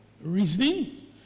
reasoning